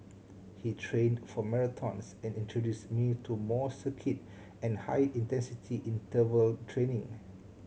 he trained for marathons and introduced me to more circuit and high intensity interval training